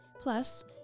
Plus